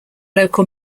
local